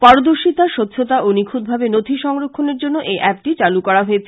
পারদর্শিতা স্বচ্ছতা ও নিখতভাবে নথি সংরক্ষনের জন্য এই অ্যাপটি চালু করা হয়েছে